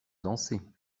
danser